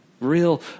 Real